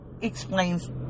explains